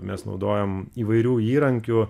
mes naudojam įvairių įrankių